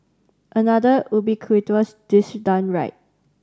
another ubiquitous dish done right